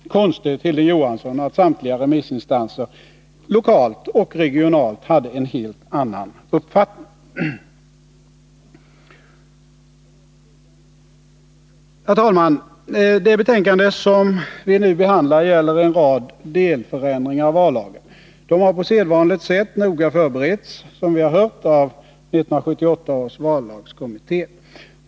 Konstigt, Hilding Johansson, att samtliga remissinstanser lokalt och regionalt hade en helt annan uppfattning! Herr talman! Det betänkande som vi nu behandlar gäller en rad delförändringar i vallagen. De har på sedvanligt sätt noga förberetts av 1978 års vallagskommitté, som vi har hört.